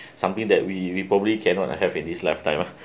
something that we we probably cannot have in this lifetime lah